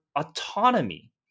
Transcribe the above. autonomy